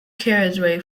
carriageway